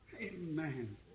Amen